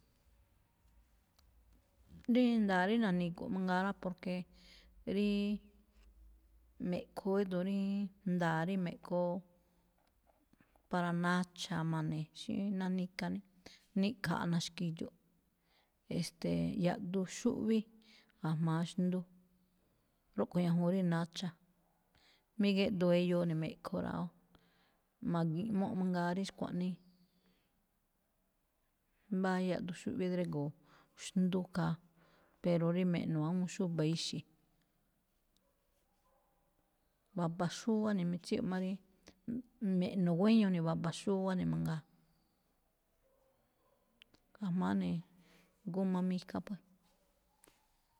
Rí nda̱a̱ rí na̱ni̱gu̱ꞌ mangaa rá, porque ríí me̱ꞌkho édo̱ ríí nda̱a̱ rí me̱ꞌkhoo, para nacha̱ ma̱ne xí ná nika, niꞌkha̱aꞌ na̱xki̱dxu̱ꞌ, e̱ste̱e̱, yaꞌduun xúꞌví ga̱jma̱á xndú, rúꞌkho̱ ñajuun rí nacha̱. Mí géꞌdoo eyoo ne̱ me̱ꞌkho rá, ma̱gi̱ꞌmu mangaa rí xkuaꞌnii. Mbá yaꞌduun xúꞌví drígo̱o̱ xndú khaa, pero rí me̱ꞌno̱ awúun xúba̱ ixi̱. waba xúwá ne̱, mí tsíꞌyoꞌ má rí me̱ꞌno̱ guéño ne̱, waba xúwá ne mangaa, ga̱jma̱á ne̱ g a mika pue.